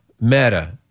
meta